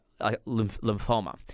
lymphoma